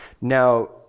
Now